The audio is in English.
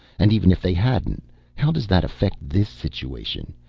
and even if they hadn't how does that affect this situation.